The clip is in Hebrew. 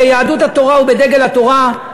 ביהדות התורה ובדגל התורה,